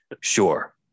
sure